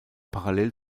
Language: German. parallel